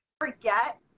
forget